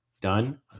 done